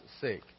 sake